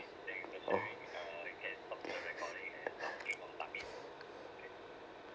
!oh!